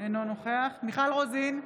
אינו נוכח מיכל רוזין,